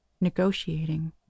negotiating